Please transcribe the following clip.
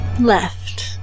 left